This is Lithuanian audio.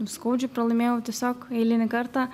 skaudžiai pralaimėjau tiesiog eilinį kartą